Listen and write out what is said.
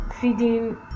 feeding